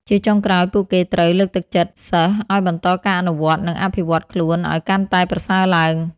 ជាចុងក្រោយ ពួកគេត្រូវ លើកទឹកចិត្តសិស្ស ឱ្យបន្តការអនុវត្ត និងអភិវឌ្ឍខ្លួនឱ្យកាន់តែប្រសើរឡើង។